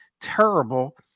terrible